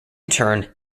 turn